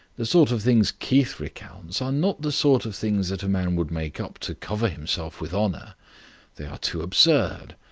the sort of things keith recounts are not the sort of things that a man would make up to cover himself with honour they are too absurd.